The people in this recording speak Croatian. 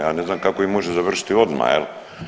Ja ne znam kako ih može završiti odmah, jel?